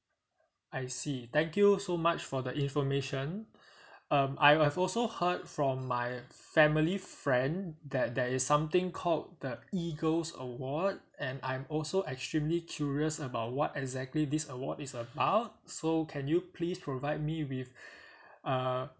I see thank you so much for the information um I have also heard from my family friend that there is something called the EAGLES award and I'm also extremely curious about what exactly this award is about so can you please provide me with uh